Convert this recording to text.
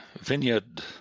vineyard